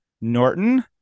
Norton